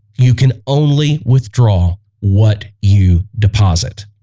you can only withdraw what you deposit